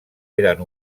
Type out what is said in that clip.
eren